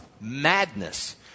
madness